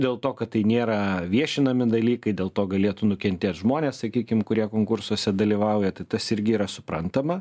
dėl to kad tai nėra viešinami dalykai dėl to galėtų nukentėt žmonės sakykim kurie konkursuose dalyvauja tai tas irgi yra suprantama